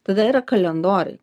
tada yra kalendoriai